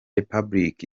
repubulika